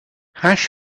hash